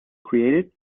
created